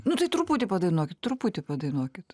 nu tai truputį padainuokit truputį padainuokit